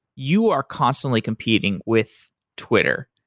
you are constantly competing with twitter.